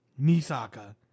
Nisaka